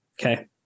Okay